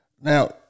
Now